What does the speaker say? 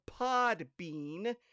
Podbean